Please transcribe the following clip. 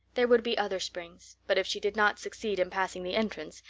there would be other springs, but if she did not succeed in passing the entrance,